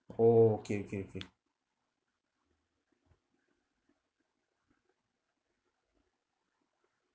oh okay okay okay